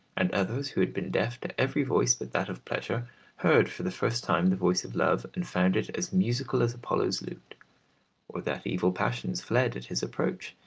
and others who had been deaf to every voice but that of pleasure heard for the first time the voice of love and found it as musical as apollo's lute or that evil passions fled at his approach,